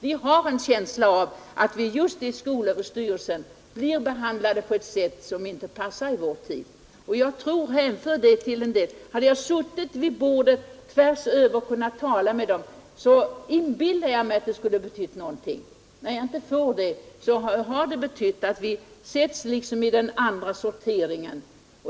Vi har en känsla av att t.ex. skolöverstyrelsen inte möter oss på ett sätt som passar i vår tid. Jag inbillar mig att det gått bättre om jag talat tvärs över bordet till dem. Vi känner oss ha hamnat i den andra sorteringen.